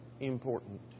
important